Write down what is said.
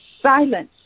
silence